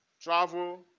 travel